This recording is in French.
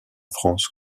france